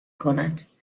کند